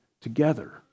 together